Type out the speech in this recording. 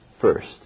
first